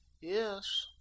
Yes